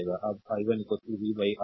अब i1 v R1 i2 v R2